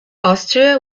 austria